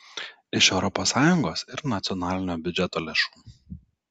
iš europos sąjungos ir nacionalinio biudžeto lėšų